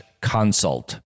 consult